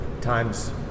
times